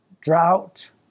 drought